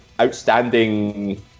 outstanding